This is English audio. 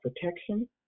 protection